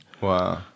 Wow